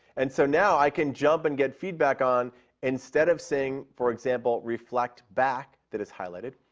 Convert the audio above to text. and so now i can jump and get feedback on instead of saying, for example, reflect back, that is highlighted,